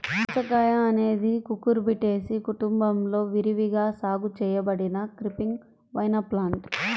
దోసకాయఅనేది కుకుర్బిటేసి కుటుంబంలో విరివిగా సాగు చేయబడిన క్రీపింగ్ వైన్ప్లాంట్